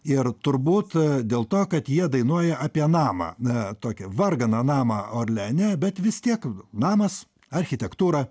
ir turbūt dėl to kad jie dainuoja apie namą na tokį varganą namą orleane bet vis tiek namas architektūra